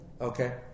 okay